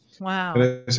Wow